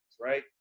right